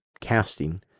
casting